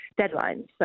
deadlines